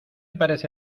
parece